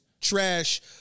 trash